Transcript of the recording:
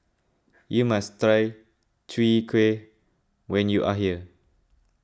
you must try Chwee Kueh when you are here